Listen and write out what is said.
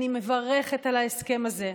אני מברכת על ההסכם הזה.